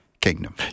kingdom